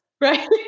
Right